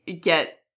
get